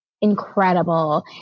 incredible